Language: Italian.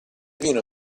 vino